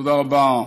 תודה רבה.